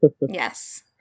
Yes